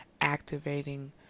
activating